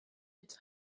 its